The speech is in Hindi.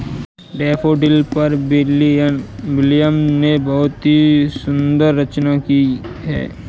डैफ़ोडिल पर विलियम ने बहुत ही सुंदर रचना की है